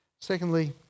Secondly